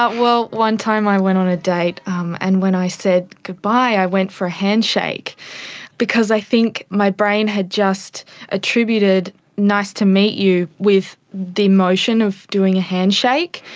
well, one time i went on a date um and when i said goodbye i went for a handshake because i think my brain had just attributed nice to meet you with the motion of doing a handshake,